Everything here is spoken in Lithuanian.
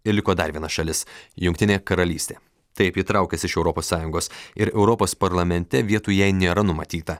ir liko dar viena šalis jungtinė karalystė taip ji traukiasi iš europos sąjungos ir europos parlamente vietų jai nėra numatyta